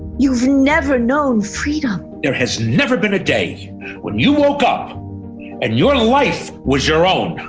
you've never known freedom. there has never been a day when you woke up and your life was your own.